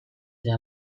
eta